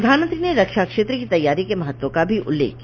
प्रधानमंत्री ने रक्षा क्षेत्र की तैयारी के महत्व का भी उल्लेख किया